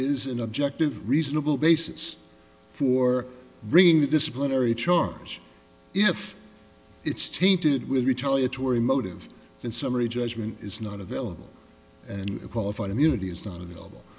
is an objective reasonable basis for bringing the disciplinary charge if it's tainted with retaliatory motive in summary judgment is not available and qualified immunity is not available